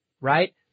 right